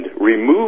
remove